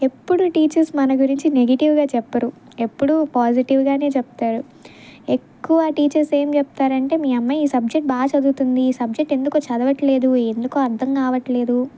ఎప్పుడూ టీచర్స్ మన గురించి నెగిటివ్గా చెప్పరు ఎప్పుడూ పాజిటివ్గానే చెప్తారు ఎక్కువ టీచర్స్ ఏం చెప్తారు అంటే మీ అమ్మాయి ఈ సబ్జెక్ట్ బాగా చదువుతుంది ఈ సబ్జెక్ట్ ఎందుకో చదవట్లేదు ఎందుకో అర్థం కావట్లేదు